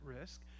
risk